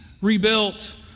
rebuilt